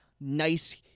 nice